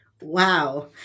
wow